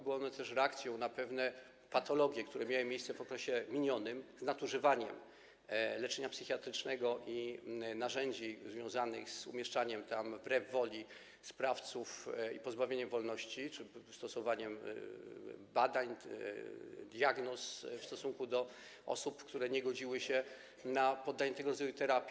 Były one też reakcją na pewne patologie, które miały miejsce w okresie minionym, związane z nadużywaniem leczenia psychiatrycznego i narzędzi związanych z umieszczaniem tam wbrew woli sprawców i pozbawianiem wolności czy stosowaniem badań, diagnoz w stosunku do osób, które nie godziły się na poddanie tego rodzaju terapii.